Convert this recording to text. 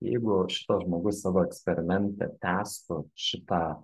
jeigu tas žmogus savo eksperimente tęstų šitą